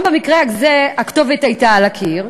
גם במקרה הזה הכתובת הייתה על הקיר,